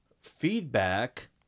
feedback